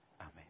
Amen